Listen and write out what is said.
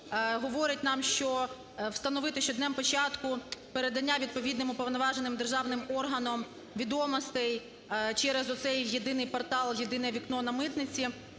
Говорить нам, що встановити, що днем початку передання відповідним уповноваженим державним органом відомостей через оцей єдиний портал, "єдине вікно" на митниці